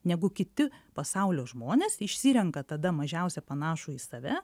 negu kiti pasaulio žmonės išsirenka tada mažiausia panašų į save